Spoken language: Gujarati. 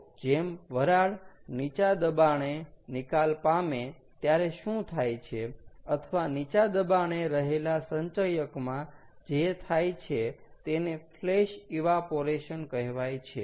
તો જેમ વરાળ નીચા દબાણે નિકાલ પામે ત્યારે શું થાય છે અથવા નીચા દબાણે રહેલા સંચયકમાં જે થાય છે તેને ફ્લેશ ઈવાપોરેશન કહેવાય છે